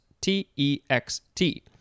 T-E-X-T